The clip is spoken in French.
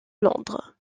londres